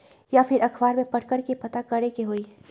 या फिर अखबार में पढ़कर के पता करे के होई?